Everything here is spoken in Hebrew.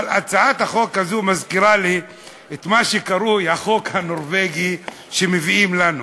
אבל הצעת החוק הזאת מזכירה לי את מה שקרוי "החוק הנורבגי" שמביאים לנו.